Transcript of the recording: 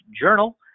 journal